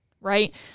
Right